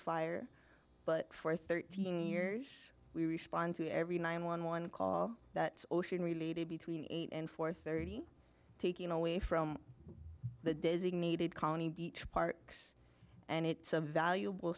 fire but for thirteen years we respond to every nine one one call that ocean related between eight and four thirty taking away from the designated colony beach park and it's a valuable